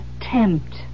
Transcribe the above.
attempt